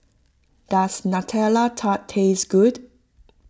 does Nutella Tart taste good